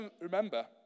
remember